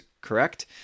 correct